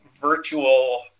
virtual